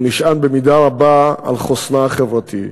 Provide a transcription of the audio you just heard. הוא נשען במידה רבה על חוסנה החברתי.